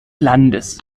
landes